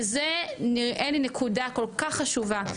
וזה נראה לי נקודה כל כך חשובה,